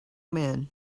man